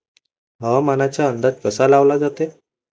हवामानाचा अंदाज कसा लावला जाते?